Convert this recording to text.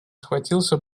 схватился